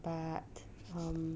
but um